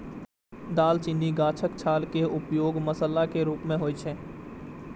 दालचीनी गाछक छाल के उपयोग मसाला के रूप मे होइ छै